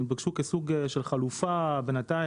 הם ביקשו כסוג של חלופה בינתיים,